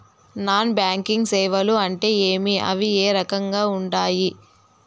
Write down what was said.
non banking సేవలు అంటే ఏమి అవి ఏ రకంగా ఉండాయి